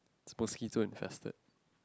supposedly too infested